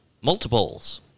multiples